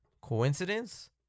Coincidence